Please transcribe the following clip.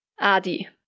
Adi